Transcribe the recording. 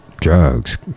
drugs